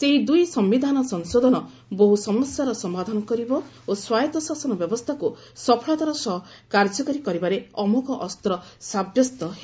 ସେହି ଦୁଇ ସମ୍ଭିଧାନ ସଂଶୋଧନ ବହୁ ସମସ୍ୟାର ସମାଧାନ କରିବ ଓ ସ୍ୱାୟତ୍ତ ଶାସନ ବ୍ୟବସ୍ଥାକୁ ସଫଳତାର ସହ କାର୍ଯ୍ୟକାରୀ କରିବାରେ ଅମୋଘ ଅସ୍ତ ସାବ୍ୟସ୍ତ ହେବ